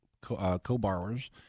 co-borrowers